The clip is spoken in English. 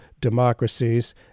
democracies